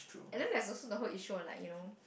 and then there's also the whole issue on like you know